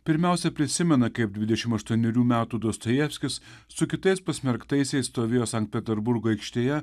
pirmiausia prisimena kaip dvidešim aštuonerių metų dostojevskis su kitais pasmerktaisiais stovėjo sankt peterburgo aikštėje